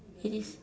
finish